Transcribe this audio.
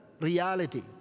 reality